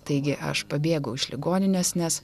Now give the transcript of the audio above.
taigi aš pabėgau iš ligoninės nes